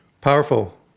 Powerful